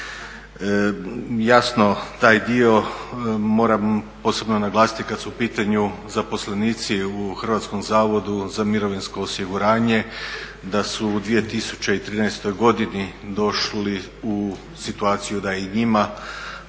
Jasno taj dio moram posebno naglasiti kad su u pitanju zaposlenici u Hrvatskom zavodu za mirovinsko osiguranje da su u 2013. godini došli u situaciju da i njima